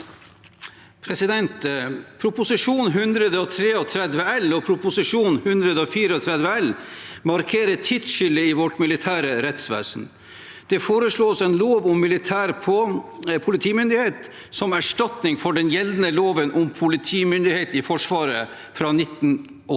Prop. 133 L og Prop. 134 L markerer et tidsskille i vårt militære rettsvesen. Det foreslås en lov om militær politimyndighet som erstatning for den gjeldende loven om politimyndighet i Forsvaret fra 1988.